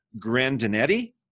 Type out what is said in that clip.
Grandinetti